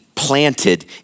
planted